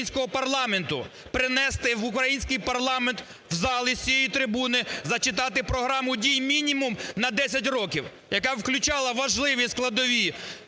українського парламенту принести в український парламент в зал і з цієї трибуни зачитати програму дій мінімум на 10 років, яка б включала важливі складові,